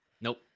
Nope